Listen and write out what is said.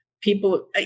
People